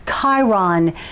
Chiron